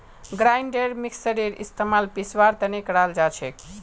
grinder मिक्सरेर इस्तमाल पीसवार तने कराल जाछेक